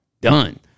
done